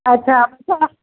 अच्छा